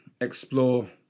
explore